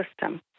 system